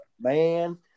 man